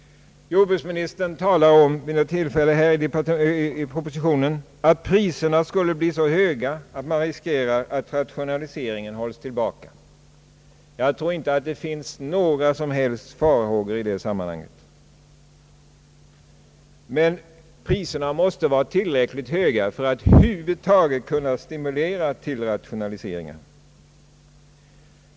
Jordbruksministern talar någonstans i propositionen om att priserna skulle bli så höga att man riskerar att rationaliseringen hålls tillbaka. Jag tror inte det finns några sådana farhågor. Men priserna måste vara tillräckligt höga för att över huvud taget kunna stimulera till rationaliseringar.